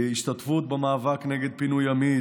השתתפות במאבק נגד פינוי ימית,